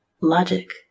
Logic